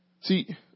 See